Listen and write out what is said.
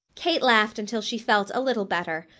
kate laughed until she felt a little better,